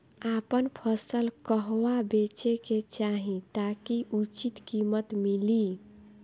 आपन फसल कहवा बेंचे के चाहीं ताकि उचित कीमत मिली?